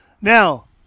Now